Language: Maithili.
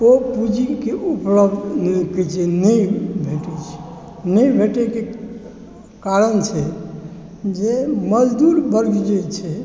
ओ पूॅंजीके उपजा नहि भेटै छै नहि भेटैके कारण छै जे मजदुर वर्ग जे छै